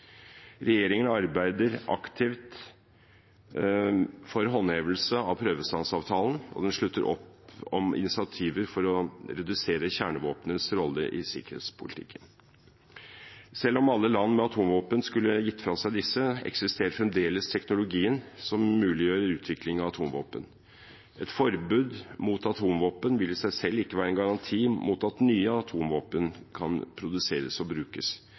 Regjeringen arbeider aktivt for håndhevelse av prøvestansavtalen, og den slutter opp om initiativer for å redusere kjernevåpnenes rolle i sikkerhetspolitikken. Selv om alle land med atomvåpen skulle gitt fra seg disse, eksisterer fremdeles teknologien som muliggjør utvikling av atomvåpen. Et forbud mot atomvåpen vil i seg selv ikke være en garanti mot at nye atomvåpen kan produseres og brukes,